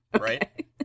right